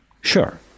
Sure